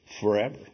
forever